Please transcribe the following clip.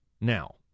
Now